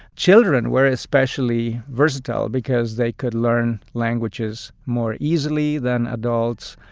children were especially versatile because they could learn languages more easily than adults.